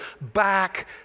back